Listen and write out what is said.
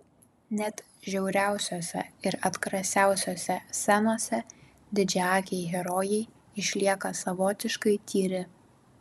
net žiauriausiose ir atgrasiausiose scenose didžiaakiai herojai išlieka savotiškai tyri